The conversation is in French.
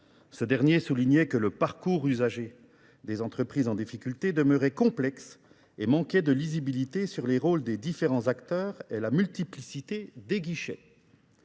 Ce dernier soulignait que le parcours usagé des entreprises en difficulté demeurait complexe et manquait de lisibilité sur les rôles des différents acteurs et la multiplicité des guichets.